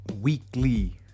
weekly